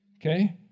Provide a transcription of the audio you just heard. Okay